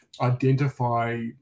identify